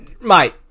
Mate